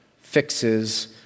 fixes